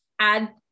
add